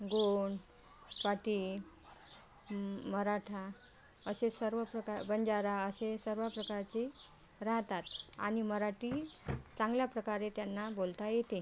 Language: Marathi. गोंड पाटील मराठा असे सर्व प्रका बंजारा असे सर्व प्रकारचे राहतात आणि मराठी चांगल्या प्रकारे त्यांना बोलता येते